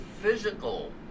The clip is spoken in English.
physical